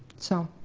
so.